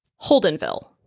Holdenville